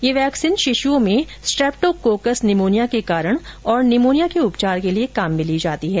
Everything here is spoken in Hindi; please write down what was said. यह वैक्सीन शिशुओं में स्ट्रेप्टोकोक्कस निमोनिया के कारण और निमोनिया के उपचार के लिए काम में ली जाती है